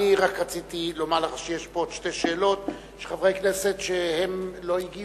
אני רק רציתי לומר לך שיש פה עוד שתי שאלות של חברי כנסת שלא הגיעו.